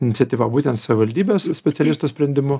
iniciatyva būtent savaldybės specialistų sprendimu